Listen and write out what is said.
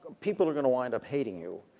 people are going to wind up hating you,